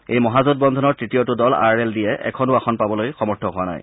এই মহাজোটবন্ধনৰ তৃতীয়টো দল আৰ এল ডিয়ে এখনো আসন পাবলৈ সমৰ্থ হোৱা নাই